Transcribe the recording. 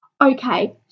Okay